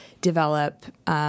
develop